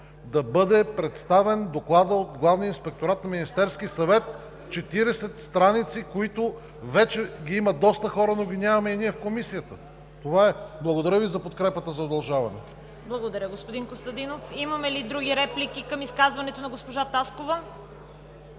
да бъде представен Докладът от Главния инспекторат на Министерския съвет – 40 страници, които вече ги имат доста хора, но ги нямаме ние в Комисията. Това е. Благодаря Ви за подкрепата за удължаване. ПРЕДСЕДАТЕЛ ЦВЕТА КАРАЯНЧЕВА: Благодаря, господин Костадинов. Имаме ли други реплики към изказването на госпожа Таскова?